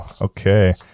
okay